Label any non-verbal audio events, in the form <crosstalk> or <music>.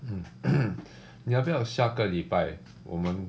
<noise> 你要不要下个礼拜我们